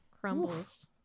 Crumbles